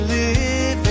Living